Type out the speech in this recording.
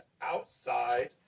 outside